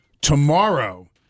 tomorrow